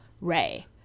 Ray